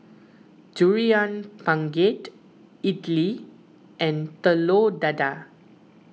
Durian Pengat Idly and Telur Dadah